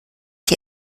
die